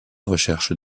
recherche